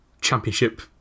championship